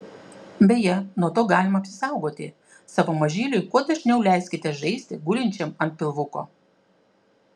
beje nuo to galima apsisaugoti savo mažyliui kuo dažniau leiskite žaisti gulinčiam ant pilvuko